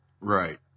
Right